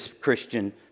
Christian